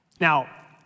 Now